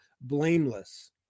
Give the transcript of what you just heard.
blameless